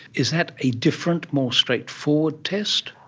is that a different, more straightforward test?